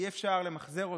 אי-אפשר למחזר אותו,